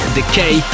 Decay